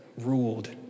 ruled